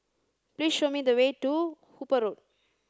please show me the way to Hooper Road